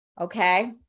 okay